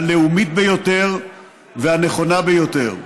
הלאומית ביותר והנכונה ביותר.